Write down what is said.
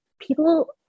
people